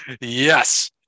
Yes